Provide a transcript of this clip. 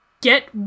get